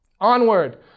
Onward